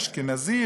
אשכנזי,